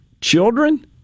children